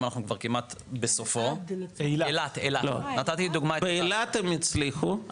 אנחנו כמעט בסופו --- באילת הם הצליחו,